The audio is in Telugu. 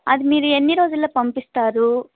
అది మీరు ఎన్ని రోజుల్లో పంపిస్తారు